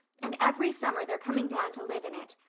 and every summer they're coming down to live in it.